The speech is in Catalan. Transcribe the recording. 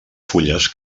fulles